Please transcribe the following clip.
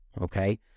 okay